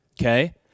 Okay